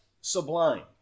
sublime